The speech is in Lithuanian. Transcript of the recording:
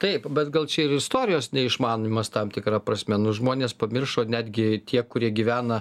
taip bet gal čia ir istorijos neišmanymas tam tikra prasme nu žmonės pamiršo netgi tie kurie gyvena